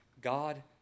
God